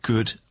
Good